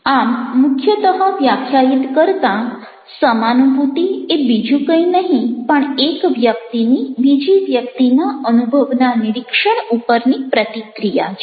આમ મુખ્યતઃ વ્યાખ્યાયિત કરતાં સમાનુભૂતિ એ બીજું કંઈ નહીં પણ એક વ્યક્તિની બીજી વ્યક્તિના અનુભવના નિરીક્ષણ ઉપરની પ્રતિક્રિયા છે